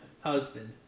husband